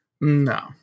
No